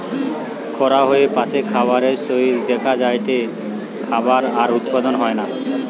খরা হলে দ্যাশে খাবারের সংকট দেখা যায়টে, খাবার আর উৎপাদন হয়না